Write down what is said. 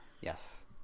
yes